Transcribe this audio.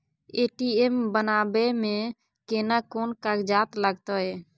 ATM बनाबै मे केना कोन कागजात लागतै?